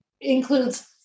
includes